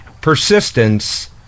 persistence